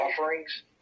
offerings